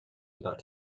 without